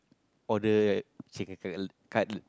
order like signature cutlet